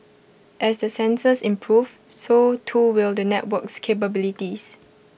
as the sensors improve so too will the network's capabilities